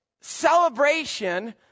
celebration